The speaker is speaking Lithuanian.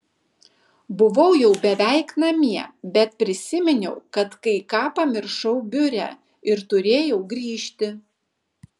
buvau jau beveik namie bet prisiminiau kad kai ką pamiršau biure ir turėjau grįžti